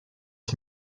six